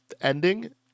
ending